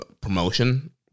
promotion